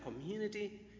community